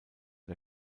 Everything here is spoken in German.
der